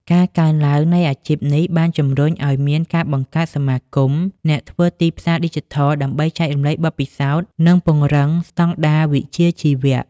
ការកើនឡើងនៃអាជីពនេះបានជំរុញឱ្យមានការបង្កើតសមាគមអ្នកធ្វើទីផ្សារឌីជីថល ដើម្បីចែករំលែកបទពិសោធន៍ និងពង្រឹងស្តង់ដារវិជ្ជាជីវៈ។